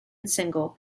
single